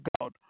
God